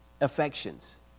affections